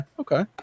Okay